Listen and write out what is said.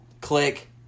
click